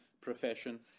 profession